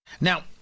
Now